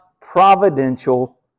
providential